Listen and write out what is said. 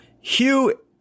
Hugh